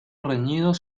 reñidos